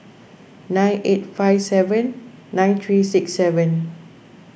nine eight five seven nine three six seven